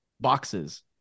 boxes